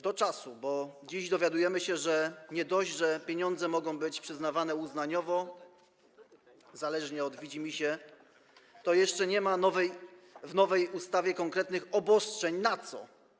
Do czasu, bo dziś dowiadujemy się, że nie dość, że pieniądze mogą być przyznawane uznaniowo, zależnie od widzimisię, to jeszcze nie ma w nowej ustawie konkretnych obostrzeń, na co.